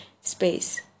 space